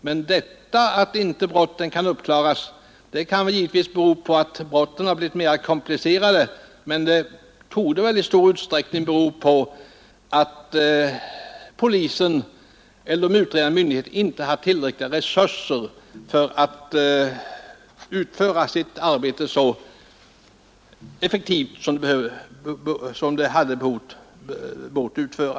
Att så många brott inte klaras upp kan givetvis bero på att de har blivit mer komplicerade, men i stor utsträckning torde det bero på att de utredande myndigheterna inte har haft tillräckliga resurser för att utföra arbetet så effektivt som varit önskvärt.